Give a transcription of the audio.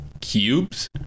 cubes